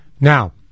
Now